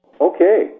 Okay